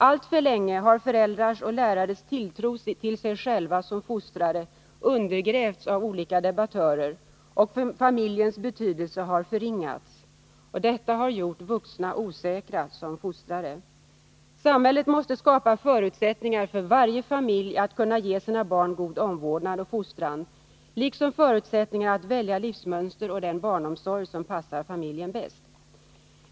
Alltför länge har föräldrars och lärares tilltro till sig själva som fostrare undergrävts av olika debattörer, och familjens betydelse har förringats. Detta har gjort vuxna osäkra som fostrare. Samhället måste skapa förutsättningar för att varje familj skall kunna ge sina barn god omvårdnad och fostran liksom förutsättningar att välja livsmönster och den barnomsorg som passar familjen bäst.